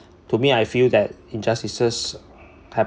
to me I feel that injustices